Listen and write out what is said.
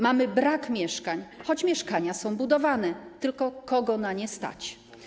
Mamy brak mieszkań, choć mieszkania są budowane, tylko kogo na nie stać?